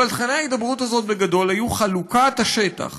אבל תוכני ההידברות הזאת בגדול היו חלוקת השטח